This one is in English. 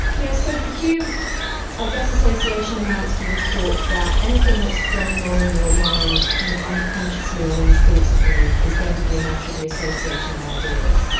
yes, so for hume i guess association amounts to the thought that anything that's going on in your mind kind of unconsciously or instinctively is going to be a matter of the association of ideas.